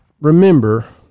remember